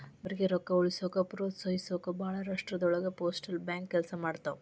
ಬಡವರಿಗಿ ರೊಕ್ಕ ಉಳಿಸೋಕ ಪ್ರೋತ್ಸಹಿಸೊಕ ಭಾಳ್ ರಾಷ್ಟ್ರದೊಳಗ ಪೋಸ್ಟಲ್ ಬ್ಯಾಂಕ್ ಕೆಲ್ಸ ಮಾಡ್ತವಾ